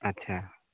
अच्छा